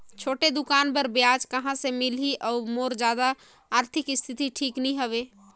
छोटे दुकान बर ब्याज कहा से मिल ही और मोर जादा आरथिक स्थिति ठीक नी हवे?